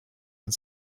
had